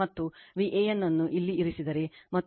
ಮತ್ತು Van ಅನ್ನು ಇಲ್ಲಿ ಇರಿಸಿದರೆ ಮತ್ತು ಈ V CN Van 120o